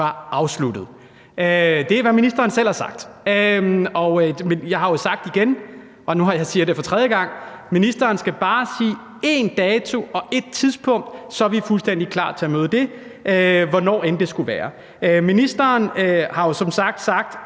Det er, hvad ministeren selv har sagt. Men jeg har jo sagt det igen, og nu siger jeg det for tredje gang: Ministeren skal bare sige én dato og ét tidspunkt, så er vi fuldstændig klar til at møde det, hvornår det så end skulle være. Ministeren har jo sagt: